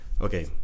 okay